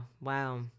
Wow